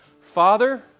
Father